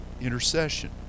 intercession